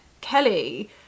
Kelly